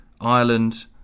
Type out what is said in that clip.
Ireland